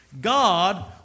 God